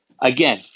Again